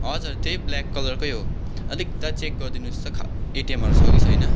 हजुर त्यही ब्ल्याक कलरकै हो अलिक दा चेक गरिदिनुहोस् त खा एटिएमहरू छ कि छैन